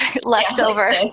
leftover